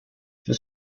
für